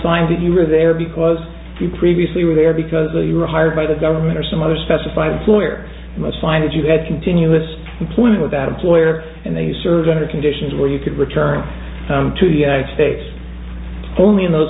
find that you were there because you previously were there because you were hired by the government or some other specified lawyer most fine if you had continuous employment with that employer and they served under conditions where you could return to the united states only in those